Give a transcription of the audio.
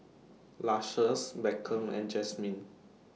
Lucious Beckham and Jasmin